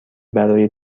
برای